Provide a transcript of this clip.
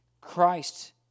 Christ